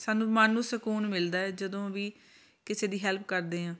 ਸਾਨੂੰ ਮਨ ਨੂੰ ਸਕੂਨ ਮਿਲਦਾ ਜਦੋਂ ਵੀ ਕਿਸੇ ਦੀ ਹੈਲਪ ਕਰਦੇ ਹਾਂ